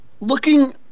Looking